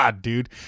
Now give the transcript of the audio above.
Dude